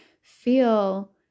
feel